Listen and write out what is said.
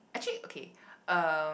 actually okay uh